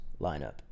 lineup